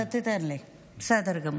אתה תיתן לי, בסדר גמור.